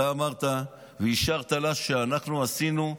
אתה אמרת ואישרת לה, זה כבר עבר,